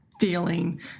feeling